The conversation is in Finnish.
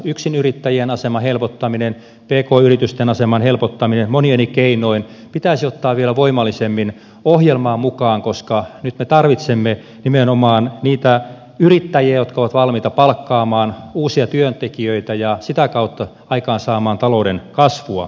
yksinyrittäjien aseman helpottaminen pk yritysten aseman helpottaminen monin eri keinoin pitäisi ottaa vielä voimallisemmin ohjelmaan mukaan koska nyt me tarvitsemme nimenomaan niitä yrittäjiä jotka ovat valmiita palkkaamaan uusia työntekijöitä ja sitä kautta aikaansaamaan talouden kasvua